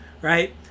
Right